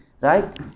Right